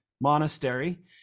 monastery